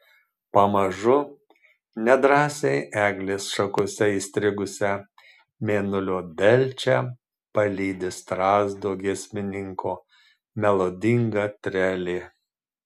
pamažu nedrąsiai eglės šakose įstrigusią mėnulio delčią palydi strazdo giesmininko melodinga trelė